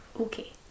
Okay